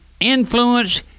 influence